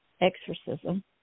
exorcism